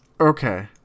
Okay